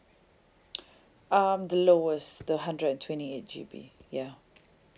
um the lowest the hundred and twenty eight G_B ya